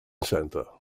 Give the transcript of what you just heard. centre